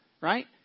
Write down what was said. Right